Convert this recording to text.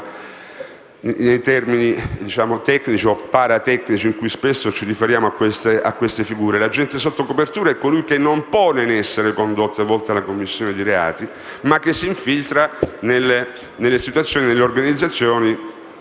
nei termini tecnici o paratecnici in cui spesso ci riferiamo a queste figure. L'agente sotto copertura è colui che non pone in essere condotte volte alla commissione di reati, ma che si infiltra nelle organizzazioni.